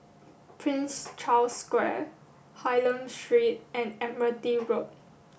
Prince Charles Square Hylam Street and Admiralty Road